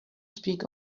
speak